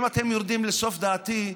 אם אתם יורדים לסוף דעתי,